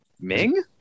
Ming